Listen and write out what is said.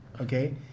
Okay